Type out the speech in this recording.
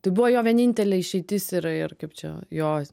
tai buvo jo vienintelė išeitis ir ir kaip čia jo